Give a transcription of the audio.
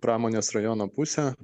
pramonės rajono pusę